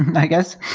i guess